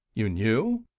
you knew?